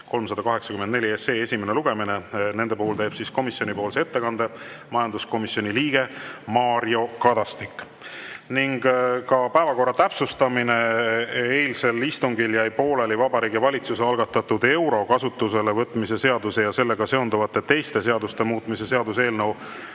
384 esimene lugemine, teeb komisjonipoolse ettekande majanduskomisjoni liige Mario Kadastik. Päevakorra täpsustamine: eilsel istungil jäi pooleli Vabariigi Valitsuse algatatud euro kasutusele võtmise seaduse ja sellega seonduvalt teiste seaduste muutmise seaduse eelnõu